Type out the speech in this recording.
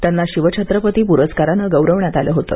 त्यांना शिवछत्रपती पुरस्काराने गौरवण्यात आलं होतं